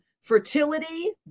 fertility